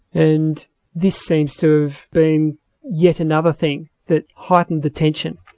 and this seems to have been yet another thing that heightened the tension,